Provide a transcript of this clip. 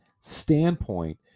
standpoint